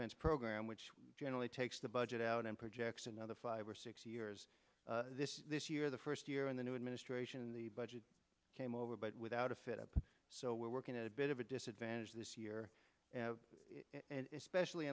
fense program which generally takes the budget out and projects another five or six years the first year in the new administration the budget came over but without a fit up so we're working at a bit of a disadvantage this year especially